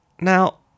Now